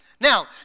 Now